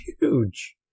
Huge